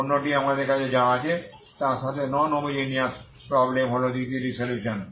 অন্যটি ঠিক আমাদের কাছে যা আছে তার সাথে নন হোমোজেনিয়াস প্রবলেম হল দ্বিতীয় সলিউশন